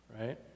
right